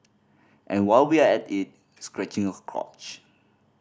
and while we're at it scratching crotch